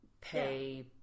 pay